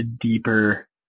deeper